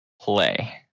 play